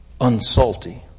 unsalty